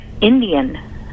Indian